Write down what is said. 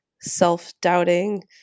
self-doubting